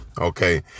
okay